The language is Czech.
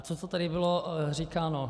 To, co tady bylo říkáno.